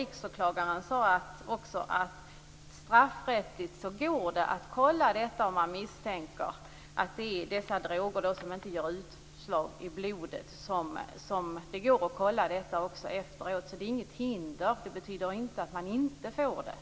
Riksåklagaren framhåller att det straffrättsligt finns möjlighet att i efterhand göra en sådan kontroll, om man misstänker förekomst av droger som inte ger utslag i blodet. Det föreligger alltså inte något hinder mot en sådan kontroll.